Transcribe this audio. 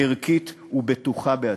ערכית ובטוחה בעצמה.